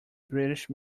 british